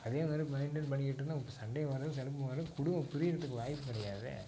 அதே மாதிரி மெயிண்டெய்ன் பண்ணிக்கிட்டிருந்தா இப்போ சண்டையும் வராது சலிப்பும் வராது குடும்பம் பிரிகிறத்துக்கு வாய்ப்பு கிடையாதே